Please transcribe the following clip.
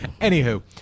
Anywho